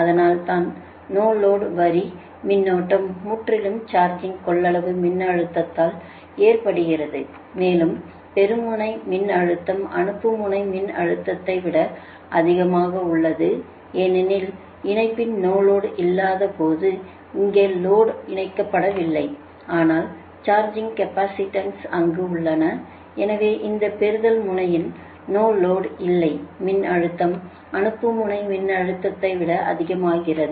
அதனால் தான் நோலோடு வரி மின்னோட்டம் முற்றிலும் சார்ஜிங் கொள்ளளவு மின்னழுத்தத்தால் ஏற்படுகிறது மேலும் பெறும் முனை மின்னழுத்தம் அனுப்பும் முனை மின்னழுத்தத்தை விட அதிகமாக உள்ளது ஏனெனில் இணைப்பில் லோடு இல்லாத போது இங்கே லோடு இணைக்கப்படவில்லை ஆனால் சார்ஜிங் கேப்பாசிட்டன்ஸ் அங்கு உள்ளன எனவே இந்த பெறுதல் முனையில் லோடு இல்லை மின்னழுத்தம் அனுப்பும் முனை மின்னழுத்தத்தை விட அதிகமாகிறது